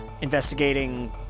investigating